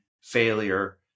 failure